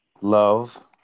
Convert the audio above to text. love